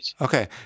Okay